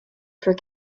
for